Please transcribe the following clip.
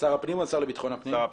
שר הפנים או השר לביטחון פנים?